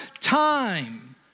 time